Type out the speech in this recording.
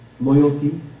loyalty